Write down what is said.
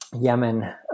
Yemen